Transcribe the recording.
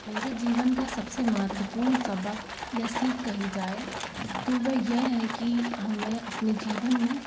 मेरे जीवन का सबसे महत्वपूर्ण सबक या सीख कही जाए तो वह यह है कि हमें अपने जीवन में